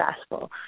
successful